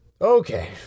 Okay